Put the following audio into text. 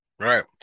right